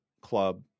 club